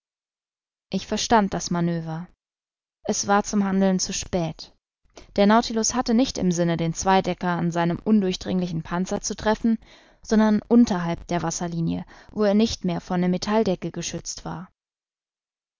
ich verstand das manöver es war zum handeln zu spät der nautilus hatte nicht im sinne den zweidecker an seinem undurchdringlichen panzer zu treffen sondern unterhalb der wasserlinie wo er nicht mehr von der metalldecke geschützt war